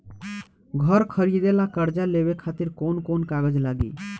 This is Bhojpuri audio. घर खरीदे ला कर्जा लेवे खातिर कौन कौन कागज लागी?